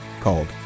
called